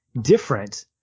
different